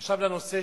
עכשיו לנושא